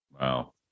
Wow